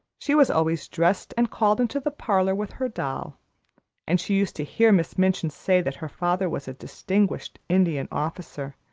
she was always dressed and called into the parlor with her doll and she used to hear miss minchin say that her father was a distinguished indian officer,